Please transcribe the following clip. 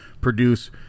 produce